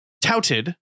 touted